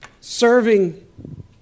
serving